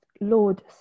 Lord